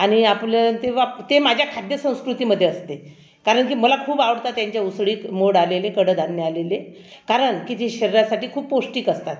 आणि आपलं किंवा ते माझ्या खाद्यसंस्कृतीमध्ये असते कारण की मला खूप आवडतं त्यांच्या उसळी मोड आलेली कडधान्य आलेले कारण की जी शरीरासाठी खूप पौष्टिक असतात